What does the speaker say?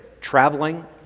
traveling